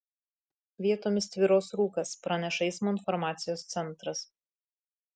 vietomis tvyros rūkas praneša eismo informacijos centras